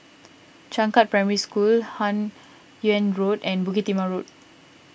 Changkat Primary School Hun Yeang Road and Bukit Timah Road